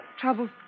Trouble